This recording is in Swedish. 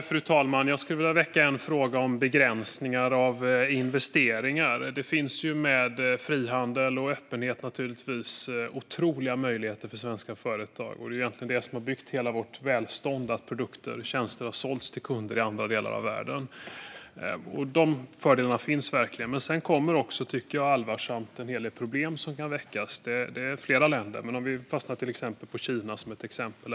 Fru talman! Jag skulle vilja väcka en fråga om begränsningar av investeringar. Med frihandel och öppenhet finns det naturligtvis otroliga möjligheter för svenska företag. Att produkter och tjänster har sålts till kunder i andra delar av världen är egentligen det som har byggt hela vårt välstånd. De fördelarna finns verkligen. Men det finns också en hel del problem man kan ta upp som jag tycker är allvarliga. Det gäller flera länder, men vi kan ta upp Kina som ett exempel.